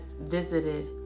visited